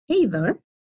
Haver